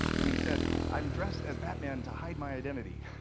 and he said, i'm dressed as batman to hide my identity.